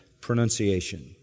pronunciation